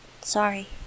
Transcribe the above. sorry